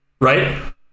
right